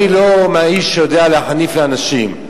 אני לא האיש שיודע להחניף לאנשים,